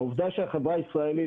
העובדה שהחברה הישראלית,